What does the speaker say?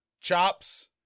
chops